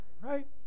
right